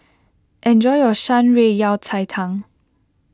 enjoy your Shan Rui Yao Cai Tang